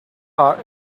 our